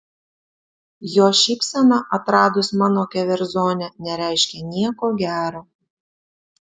jo šypsena atradus mano keverzonę nereiškė nieko gero